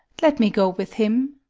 let me go with him.